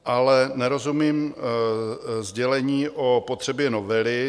Ale nerozumím sdělení o potřebě novely.